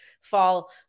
fall